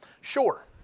Sure